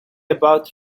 about